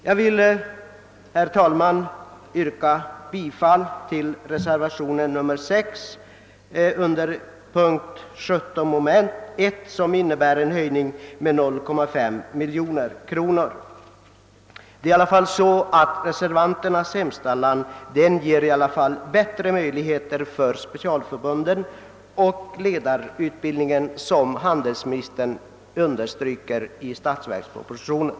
Jag vill, herr talman, yrka bifall till reservationen 6 under punkt 17, mom. 1, innebärande en höjning med 0,5 miljoner kronor. Reservanternas hemställan ger i alla fall bättre resurser åt specialförbunden och ledarutbildningen, såsom handelsministern understryker i statsverkspropositionen.